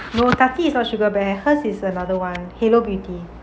no tati is not sugar bear hers is another [one] halo beauty